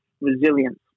resilience